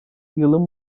yılın